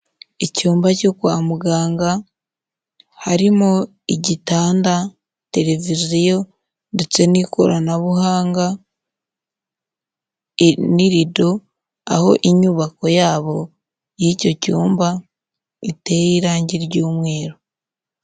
Icyumba cyo kwa muganga harimo igitanda, televiziyo ndetse n'ikoranabuhanga n'irido, aho inyubako yabo y'icyo cyumba iteye irangi ry'umweru.